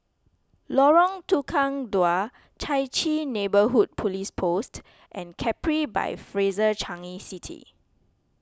Lorong Tukang Dua Chai Chee Neighbourhood Police Post and Capri by Fraser Changi City